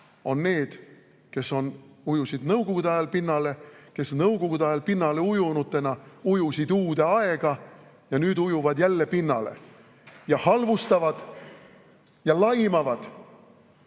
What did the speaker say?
on need, kes ujusid nõukogude ajal pinnale ning kes nõukogude ajal pinnale ujunutena ujusid uude aega ja nüüd ujuvad jälle pinnale ja halvustavad ja laimavad